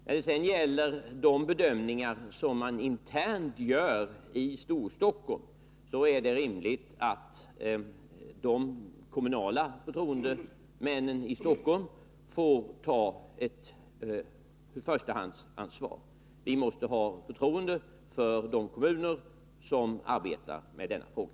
När det gäller de bedömningar man gör internt i Storstockholm är det rimligt att de kommunala förtroendemännen i Stockholm får ta ett förstahandsansvar. Vi måste ha förtroende för de kommuner som arbetar med denna fråga.